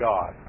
God